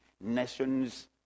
nations